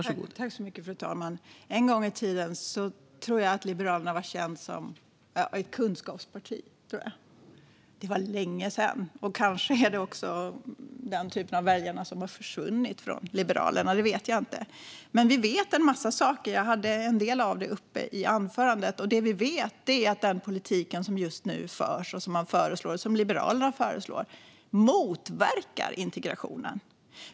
Fru talman! Jag tror att Liberalerna en gång i tiden var känt som ett kunskapsparti. Det var länge sedan, och kanske är det också den typen av väljare som har försvunnit från Liberalerna - det vet jag inte. Men vi vet en massa saker, och jag tog upp en del av dem i anförandet. Det vi vet är att den politik som just nu förs, och som Liberalerna föreslår, motverkar integrationen.